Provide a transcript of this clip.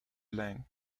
length